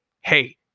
hey